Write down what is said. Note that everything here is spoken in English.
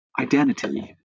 identity